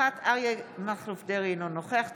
ועדת החוקה, כאשר נחקק חוק המעצרים החדש.